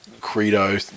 credo